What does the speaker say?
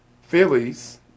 Phillies